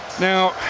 now